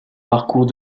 parcours